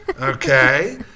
okay